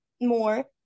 more